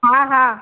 हा हा